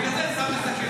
בגלל זה אין שר מסכם,